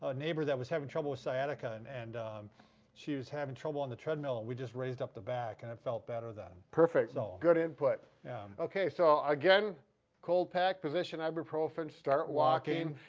ah neighbor that was having trouble with sciatica and and she was having trouble on the treadmill. we just raised up the back and it felt better then. perfect so good input okay, so again cold pack, position, ibuprofen, start walking.